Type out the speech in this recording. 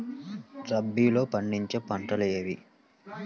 రబీలో పండించే పంటలు ఏవి?